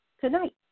tonight